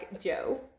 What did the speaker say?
Joe